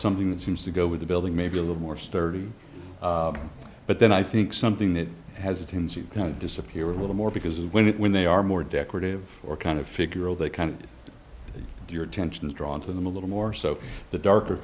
something that seems to go with a building maybe a little more sturdy but then i think something that has a tendency to kind of disappear a little more because when it when they are more decorative or kind of figure old they kind of your attention is drawn to them a little more so the darker